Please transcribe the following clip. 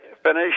finish